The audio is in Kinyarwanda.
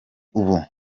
ubu